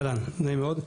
אהלן, נעים מאוד.